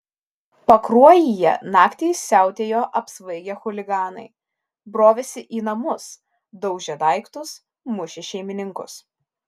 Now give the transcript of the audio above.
pakruojyje naktį siautėjo apsvaigę chuliganai brovėsi į namus daužė daiktus mušė šeimininkus